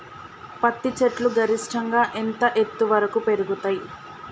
పత్తి చెట్లు గరిష్టంగా ఎంత ఎత్తు వరకు పెరుగుతయ్?